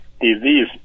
disease